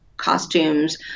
costumes